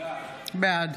בעד